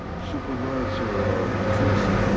supervisor mcpherson?